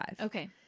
Okay